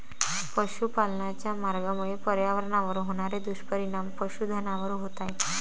पशुपालनाच्या मार्गामुळे पर्यावरणावर होणारे दुष्परिणाम पशुधनावर होत आहेत